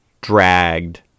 dragged